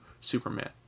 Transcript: Superman